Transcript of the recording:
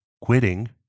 quitting